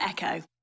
Echo